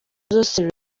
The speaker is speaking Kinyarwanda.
zose